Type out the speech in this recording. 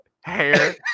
hair